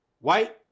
white